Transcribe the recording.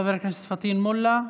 חבר הכנסת פטין מולא,